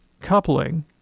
coupling